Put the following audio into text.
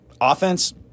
offense